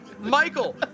Michael